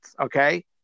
okay